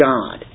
God